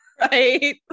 right